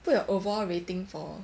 put your overall rating for